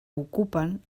ocupen